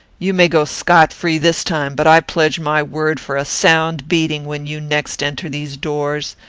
you may go scot-free this time but i pledge my word for a sound beating when you next enter these doors.